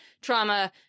trauma